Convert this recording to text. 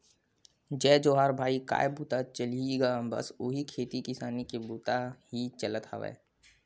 जय जोहार भाई काय बूता चलही गा बस उही खेती किसानी के बुता ही चलत हवय